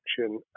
action